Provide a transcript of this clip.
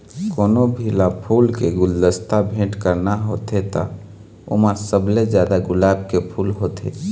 कोनो भी ल फूल के गुलदस्ता भेट करना होथे त ओमा सबले जादा गुलाब के फूल होथे